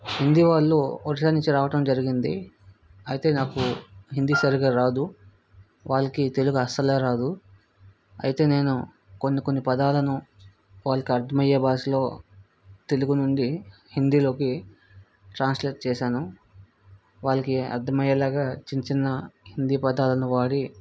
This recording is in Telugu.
హిందీ వాళ్ళు ఒరిస్సా నుంచి రావటం జరిగింది అయితే నాకు హిందీ సరిగ్గా రాదు వాళ్ళకి తెలుగు అస్సలే రాదు అయితే నేను కొన్ని కొన్ని పదాలను వారికి అర్థమయ్యే భాషలో తెలుగు నుండి హిందీలోకి ట్రాన్స్లేట్ చేశాను వాళ్ళకి అర్థం అయ్యేలాగా చిన్న చిన్న హిందీ పదాలను వాడి